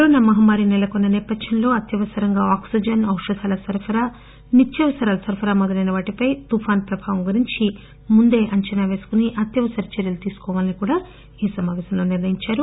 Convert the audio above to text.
corona మహమ్మారి సెలకొన్న సేపథ్యంలో అత్యవసరంగా ఆక్సిజన్ ఔషధాల సరఫరా నిత్యావసరాల సరఫరా మొదలైన వాటిపై తుఫాను ప్రభావం గురించిముందే అంచనా వేసుకోవాలని అత్యవసర చర్యలు తీసుకోవాలని కూడా ఈ సమాపేశంలో నిర్ణయించారు